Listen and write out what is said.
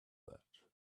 that